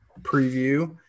Preview